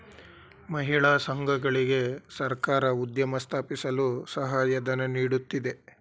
ಮಹಿಳಾ ಸಂಘಗಳಿಗೆ ಸರ್ಕಾರ ಉದ್ಯಮ ಸ್ಥಾಪಿಸಲು ಸಹಾಯಧನ ನೀಡುತ್ತಿದೆ